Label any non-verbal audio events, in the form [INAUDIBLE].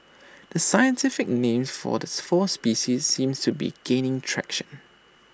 the scientific names for the [UNINTELLIGIBLE] four species seem to be gaining traction